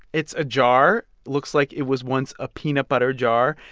it's a jar looks like it was once a peanut butter jar.